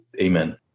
amen